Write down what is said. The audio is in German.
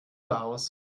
laos